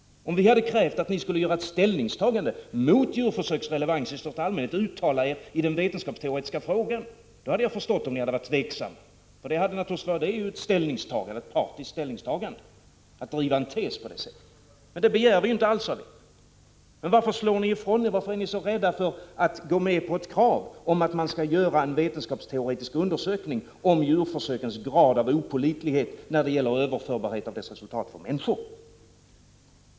Om vi hade krävt att ni skulle göra ett ställningstagande mot djurförsökens relevans i största allmänhet och uttala er i den vetenskapsteoretiska frågan hade jag förstått om ni hade varit tveksamma. Att driva en tes på det sättet är ju ett partiskt ställningstagande. Men det begär vi inte alls. Varför är ni så rädda för att gå med på ett krav om att man skall göra en vetenskapsteoretisk undersökning om djurförsökens grad av opålitlighet när det gäller överförbarhet av dess resultat på människor?